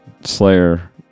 Slayer